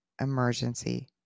emergency